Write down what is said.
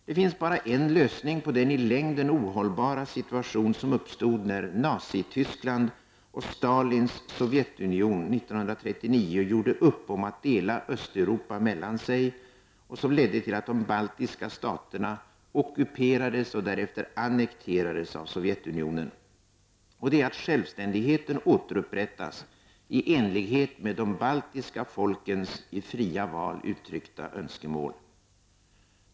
Det finns bara en lösning på den i längden ohållbara situation som uppstod när Nazi-Tyskland och Östeuropa mellan sig och som ledde till att de baltiska staterna ockuperades och därefter annekterades av Sovjetunionen -- och det är att självständigheten återupprättas i enlighet med de baltiska folkens i fria val uttryckta önskemål.